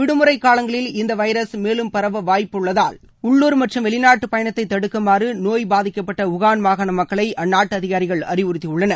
விடுமுறை காலங்களில் இந்த வைரஸ் மேலும் பரவ வாய்ப்புள்ளதால் உள்ளூர் மற்றும் வெளிநாட்டு பயணத்தை தடுக்குமாறு நோய் பாதிக்கப்பட்ட உஹான் மாகாண மக்களை அந்நாட்டு அதிகாரிகள் அறிவுறுத்தியுள்ளனர்